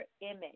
image